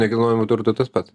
nekilnojamu turtu tas pats